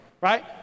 right